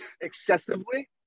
excessively